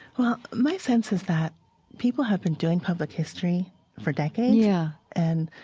well, my sense is that people have been doing public history for decades, yeah and